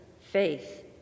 faith